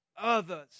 others